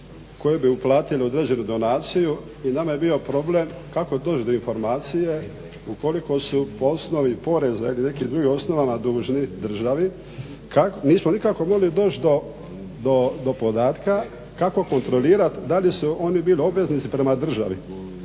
koje bi uplatile određenu donaciju i nama je bio problem kako doći do informacije u koliko su po osnovi poreza i nekih drugih osnovama dužni državi. Nismo nikako mogli doći do podatka kako kontrolirati da li su oni bili obveznici prema državi,